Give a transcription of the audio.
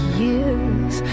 years